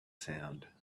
sound